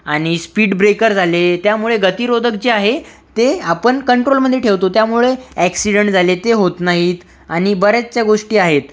आणि स्पीडब्रेकर झाले त्यामुळे गतिरोधक जे आहे ते आपण कंट्रोलमध्ये ठेवतो त्यामुळे ऍक्सीडेन्ट झाले ते होत नाहीत आणि बऱ्याचशा गोष्टी आहेत